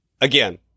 Again